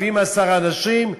מביאים עשרה אנשים,